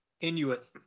Inuit